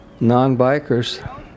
non-bikers